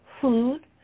food